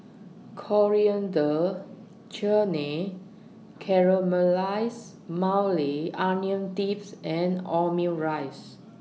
Coriander Chutney Caramelized Maui Onion Dips and Omurice